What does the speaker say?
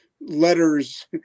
letters